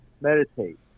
Meditate